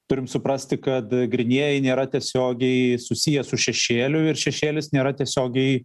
turim suprasti kad grynieji nėra tiesiogiai susiję su šešėliu ir šešėlis nėra tiesiogiai